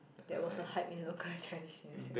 that was a hype in local Chinese music